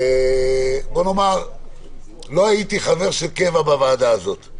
לא הייתי חבר של קבע בוועדה הזאת,